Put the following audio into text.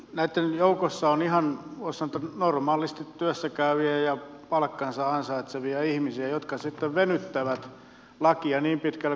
näitten joukossa on ihan voi sanoa normaalisti työssäkäyviä ja palkkansa ansaitsevia ihmisiä jotka sitten venyttävät lakia niin pitkälle kuin se on mahdollista